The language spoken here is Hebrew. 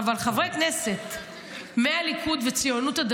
מכיוון שהוא,